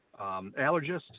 allergist